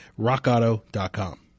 rockauto.com